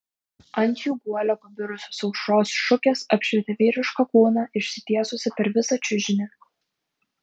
ant jų guolio pabirusios aušros šukės apšvietė vyrišką kūną išsitiesusį per visą čiužinį